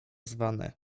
zwane